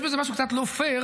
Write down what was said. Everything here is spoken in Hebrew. יש בזה משהו קצת לא פייר,